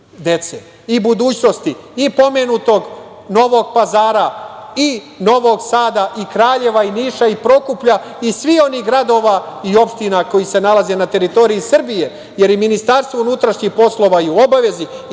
dece i budućnosti i pomenutog Novog Pazara, i Novog Sada, Kraljeva, Niša, Prokuplja i svih onih gradova i opština koji se nalaze na teritoriji Srbije, jer i Ministarstvo unutrašnjih poslova je u obavezi